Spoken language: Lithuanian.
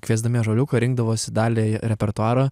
kviesdami ąžuoliuką rinkdavosi dalį repertuaro